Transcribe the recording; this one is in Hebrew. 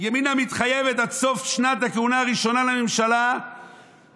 ימינה מתחייבת עד סוף שנת הכהונה הראשונה לממשלה בראשות